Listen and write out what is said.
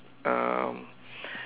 um